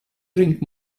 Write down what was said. drink